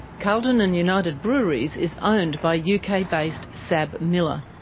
carlton and united breweries is owned by uk-based sabmiller.